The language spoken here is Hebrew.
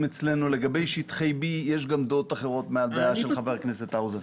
אצלנו לגבי שטחי B יש גם דעות אחרות מהדעה של חבר הכנסת האוזר.